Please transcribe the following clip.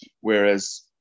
whereas